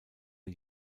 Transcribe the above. der